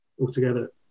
altogether